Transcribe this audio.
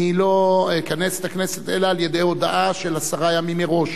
אני לא אכנס את הכנסת אלא על-ידי הודעה של עשרה ימים מראש.